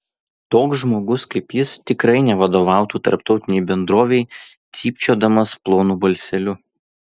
toks žmogus kaip jis tikrai nevadovautų tarptautinei bendrovei cypčiodamas plonu balseliu